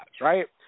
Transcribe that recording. right